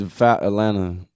Atlanta